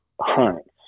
hunts